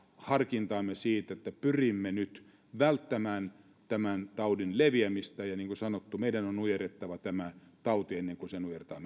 harkintaamme siinä että pyrimme nyt välttämään tämän taudin leviämistä ja niin kuin sanottu meidän on nujerrettava tämä tauti ennen kuin se nujertaa